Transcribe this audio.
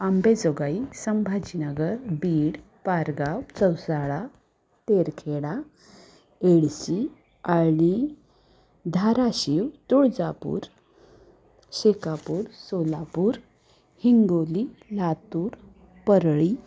आंबेजोगाई संभाजीनगर बीड पारगाव चौसाळा तेरखेडा येडशी आळी धाराशिव तुळजापूर शेकापूर सोलापूर हिंगोली लातूर परळी